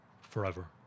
forever